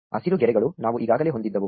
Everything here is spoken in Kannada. ಹಸಿರು ಗೆರೆಗಳು ನಾವು ಈಗಾಗಲೇ ಹೊಂದಿದ್ದವು